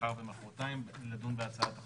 מחר ומחרתיים כדי לדון בהצעת החוק.